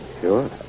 Sure